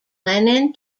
lenin